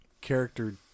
character